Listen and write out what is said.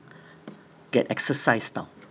get exercise tahu